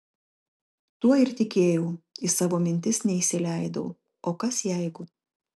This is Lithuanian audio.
tuo ir tikėjau į savo mintis neįsileidau o kas jeigu